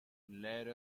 let